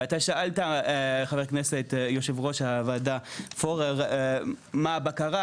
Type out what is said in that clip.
ואתה שאלת, יושב-ראש הוועדה פורר, מה הבקרה?